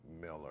Miller